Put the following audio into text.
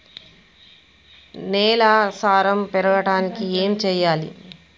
నేల సారం పెరగడానికి ఏం చేయాలి?